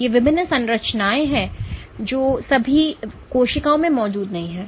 तो ये विभिन्न संरचनाएं हैं जो सभी कोशिकाओं में मौजूद नहीं हैं